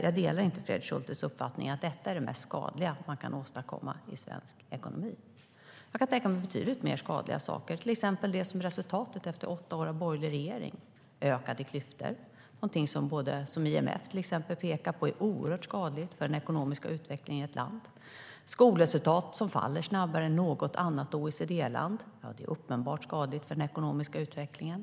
Jag delar inte Fredrik Schultes uppfattning att detta är det mest skadliga man kan åstadkomma i svensk ekonomi. Jag kan tänka mig betydligt mer skadliga saker, till exempel det som är resultatet efter åtta år av borgerlig regering. Det är ökade klyftor, och det är någonting som IMF till exempel pekar på är oerhört skadligt för den ekonomiska utvecklingen i ett land. Skolresultaten faller snabbare än i något annat OECD-land. Det är uppenbart skadligt för den ekonomiska utvecklingen.